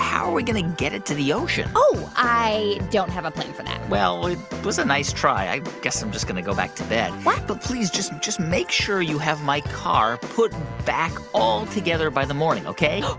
are we going to get it to the ocean? oh, i don't have a plan for that well, it was a nice try. i guess i'm just going to go back to bed what? but please, just just make sure you have my car put back all together by the morning, ok?